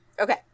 Okay